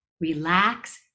relax